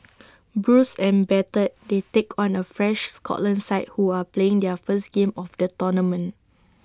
bruised and battered they take on A fresh Scotland side who are playing their first game of the tournament